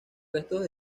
restos